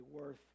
worth